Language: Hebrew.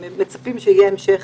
קודם כל אני אציג את עצמי,